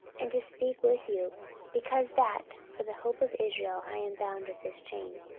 and to speak with you because that for the hope of israel i am bound with this chain.